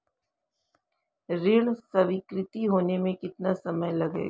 ऋण स्वीकृत होने में कितना समय लगेगा?